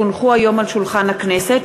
כי הונחו היום על שולחן הכנסת,